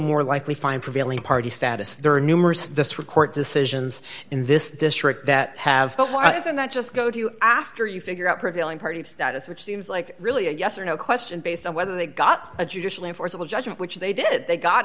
more likely find prevailing party status there are numerous this were court decisions in this district that have been that just go to you after you figure out prevailing party status which seems like really a yes or no question based on whether they got a judicial enforceable judgement which they did they got